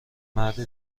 مردی